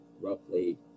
roughly